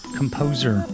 composer